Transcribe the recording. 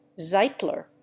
Zeitler